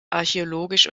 archäologisch